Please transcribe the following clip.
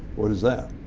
what is that?